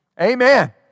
Amen